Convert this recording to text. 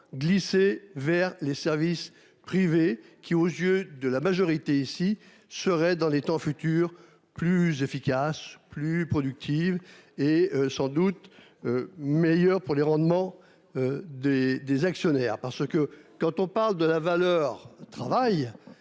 glisser vers les services privés qui aux yeux de la majorité ici serait dans les temps futurs. Plus efficace plus productive et sans doute. Meilleur pour les rendements. Des des actionnaires parce que quand on parle de la valeur travail.